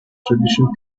tradition